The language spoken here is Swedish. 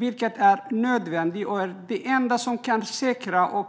Det är nödvändigt och det enda som kan säkra de